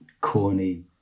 corny